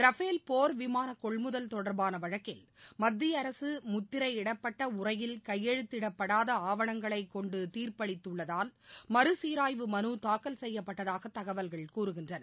Rafale போர் விமான கொள்முதல் தொடர்பான வழக்கில் மத்திய அரசு முத்திரையிடப்பட்ட உறையில் கையெழுத்திடப்படாத ஆவணங்களைக் கொண்டு தீரப்பளித்துள்ளதால் மறு சீராய்வு மனு தாக்கல் செய்யப்பட்டதாக தகவல்கள் கூறுகின்றன